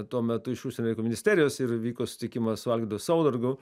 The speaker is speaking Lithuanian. tuo metu iš užsienio ministerijos ir vyko susitikimas su algirdu saudargu